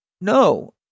No